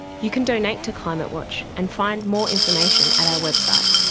you can donate to climatewatch and find more information at our website,